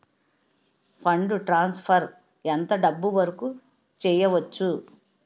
Fund transfer ఎంత డబ్బు వరుకు చేయవచ్చు?